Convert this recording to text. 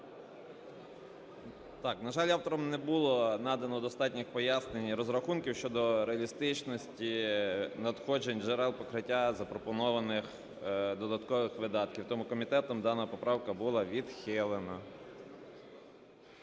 на жаль, автором не було надано достатніх пояснень і розрахунків щодо реалістичності надходжень джерел покриття запропонованих додаткових видатків. Тому комітетом дана поправка була відхилена.